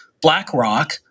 BlackRock